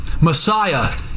Messiah